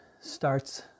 starts